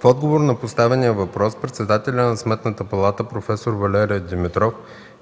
В отговор на поставените въпроси председателят на Сметната палата проф. Валери Димитров